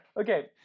Okay